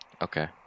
Okay